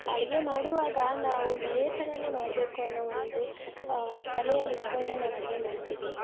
ಅಡುಗೆ ಮಾಡುವಾಗ ನಾವು ಇದೇ ಥರನೆ ಮಾಡಬೇಕು ಅನ್ನೋ ಒಂದು ತಲೆಯಲ್ಲಿ ಇಟ್ಕೊಂಡೆ ನಾವು ಅಡುಗೆ ಮಾಡ್ತೀವಿ